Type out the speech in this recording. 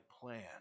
plan